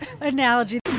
analogy